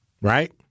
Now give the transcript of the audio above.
right